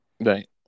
Right